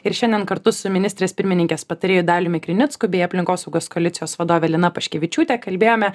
ir šiandien kartu su ministrės pirmininkės patarėju daliumi krinicku bei aplinkosaugos koalicijos vadove lina paškevičiūte kalbėjome